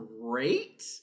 great